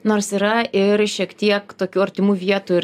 nors yra ir šiek tiek tokių artimų vietų ir